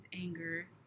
anger